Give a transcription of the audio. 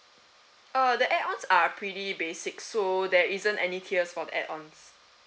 uh the add ons are pretty basic so there isn't any tiers for the add ons